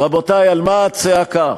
רבותי, על מה הצעקה?